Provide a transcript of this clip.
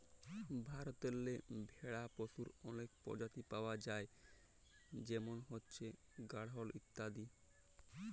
ভারতেল্লে ভেড়া পশুর অলেক পরজাতি পাউয়া যায় যেমল হছে গাঢ়ল ইত্যাদি